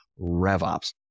RevOps